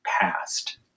past